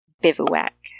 Bivouac